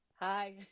hi